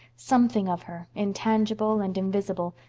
something of her, intangible and invisible,